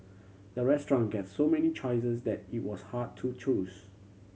the restaurant gets so many choices that it was hard to choose